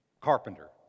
carpenter